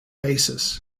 basis